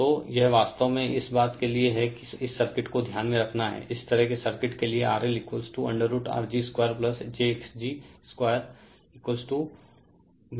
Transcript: तो यह वास्तव में इस बात के लिए है कि इस सर्किट को ध्यान में रखना है इस तरह के सर्किट के लिएRL √Rg 2jxg 2